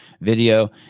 video